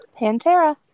Pantera